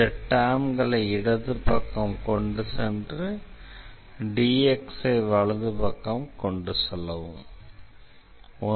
இந்த டெர்ம்களை இடது பக்கம் கொண்டு சென்று dx ஐ வலது பக்கம் கொண்டு செல்லலாம்